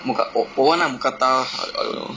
mooka~ 我问那 mookata lor !aiyo! !aiyo!